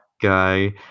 guy